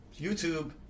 youtube